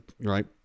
right